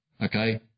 Okay